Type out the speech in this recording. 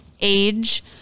age